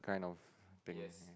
kind of thing